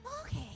Okay